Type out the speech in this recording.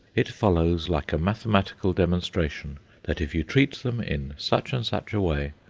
it follows like a mathematical demonstration that if you treat them in such and such a way,